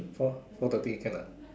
four four thirty can ah